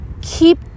keep